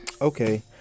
okay